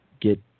get